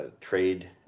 trade